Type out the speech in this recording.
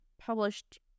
published